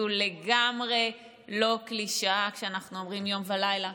זו לגמרי לא קלישאה כשאנחנו אומרים "יום ולילה"